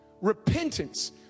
Repentance